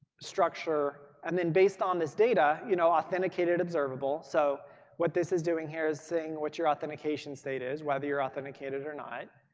structure. and then based on this data you know authenticated observable. so what this is doing here is saying what's your authentication state is whether you're authenticated or not.